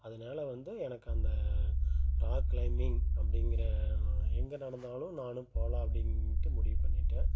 அதனால வந்து எனக்கு அந்த ராக் கிளைமிங் அப்படிங்கிற எங்கே நடந்தாலும் நானும் போகலாம் அப்படின்ட்டு முடிவு பண்ணிட்டேன்